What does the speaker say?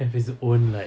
have its own like